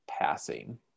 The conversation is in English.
passing